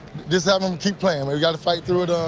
just ah um and keep playing. but you got to fight through it.